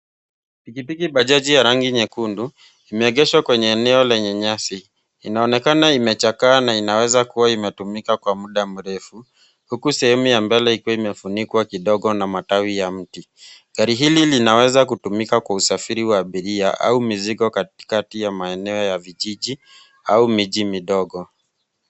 Pikipiki bajaji ya rangi nyekundu imeegeshwa kwenye eneo lenye nyasi. Inaonekana imechakaa na inaweza kuwa imetumika kwa muda mrefu, huku sehemu ya mbele ikiwa imefunikwa kidogo na matawi ya mti. Gari hili linaweza kutumika kwa usafiri wa abiria au mizigo katikati ya maeneo ya vijiji au miji midogo.